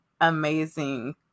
amazing